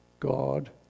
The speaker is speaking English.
God